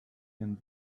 ihren